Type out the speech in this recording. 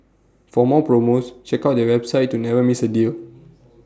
for more promos check out their website to never miss A deal